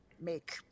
make